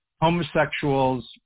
homosexuals